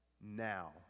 now